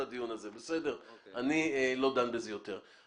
אני לא דן בזה יותר.